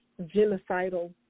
genocidal